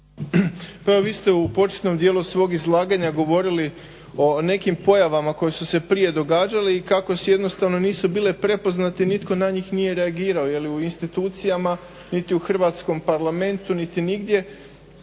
Pa evo vi ste u početnom dijelu svog izlaganja govorili o nekim pojavama koje su se prije događale i kako jednostavno nisu bile prepoznate i nitko na njih nije reagirao niti u institucijama, niti u hrvatskom Parlamentu, niti nigdje.